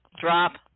drop